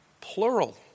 plural